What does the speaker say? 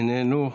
איננו,